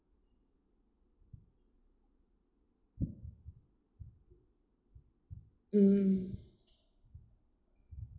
mm